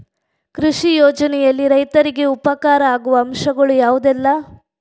ಕೃಷಿ ಯೋಜನೆಯಲ್ಲಿ ರೈತರಿಗೆ ಉಪಕಾರ ಆಗುವ ಅಂಶಗಳು ಯಾವುದೆಲ್ಲ?